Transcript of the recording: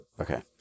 Okay